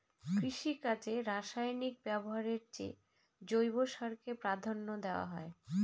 কৃষিকাজে রাসায়নিক ব্যবহারের চেয়ে জৈব চাষকে প্রাধান্য দেওয়া হয়